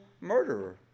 murderer